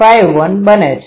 51 બને છે